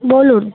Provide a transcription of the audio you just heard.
বলুন